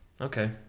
Okay